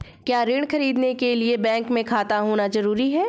क्या ऋण ख़रीदने के लिए बैंक में खाता होना जरूरी है?